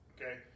Okay